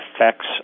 effects